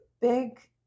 big